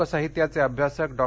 लोकसाहित्याचे अभ्यासक डॉ